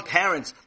parents